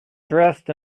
dressed